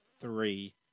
three